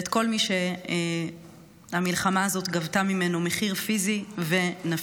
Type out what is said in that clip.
ואת כל מי שהמלחמה הזאת גבתה ממנו מחיר פיזי ונפשי,